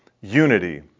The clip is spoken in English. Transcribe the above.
unity